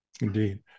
Indeed